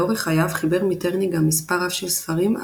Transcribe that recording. לאורך חייו חיבר מיטרני גם מספר רב של ספרים,